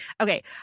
Okay